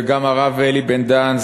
וגם הרב אלי בן-דהן,